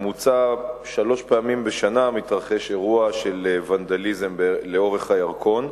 שלוש פעמים בשנה בממוצע מתרחש אירוע של ונדליזם לאורך הירקון,